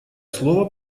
слово